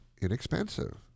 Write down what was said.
inexpensive